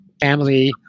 family